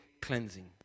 cleansing